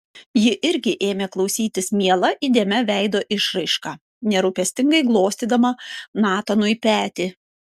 ji irgi ėmė klausytis miela įdėmia veido išraiška nerūpestingai glostydama natanui petį